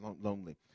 Lonely